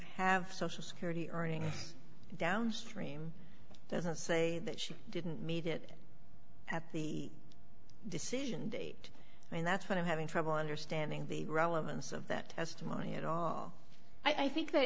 have social security earnings downstream doesn't say that she didn't meet it at the decision date and that's what i'm having trouble understanding the relevance of that testimony at all i think that